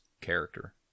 character